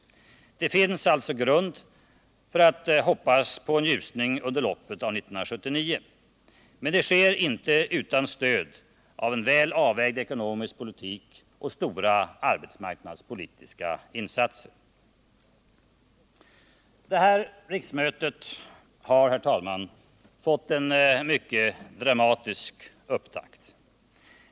Det finns alltså grund för att hoppas på en ljusning under loppet av 1979. Men det sker inte utan stöd av en väl avvägd ekonomisk politik och stora arbetsmarknadspolitiska insatser. Det här riksmötet har, herr talman, fått en mycket dramatisk upptakt.